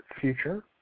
future